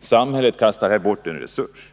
Samhället kastar här bort en resurs.